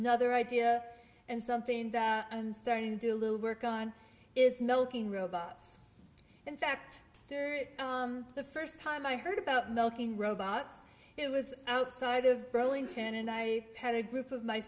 another idea and something that i'm starting do a little work on is milking robots in fact the first time i heard about milking robots it was outside of burlington and i had a group of my